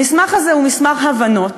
המסמך הזה הוא מסמך הבנות